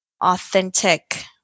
authentic